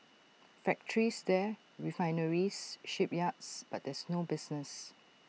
factories there refineries shipyards but there's no business